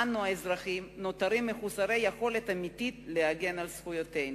אנו האזרחים נותרים מחוסרי יכולת אמיתית להגן על זכויותינו.